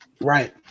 Right